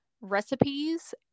recipes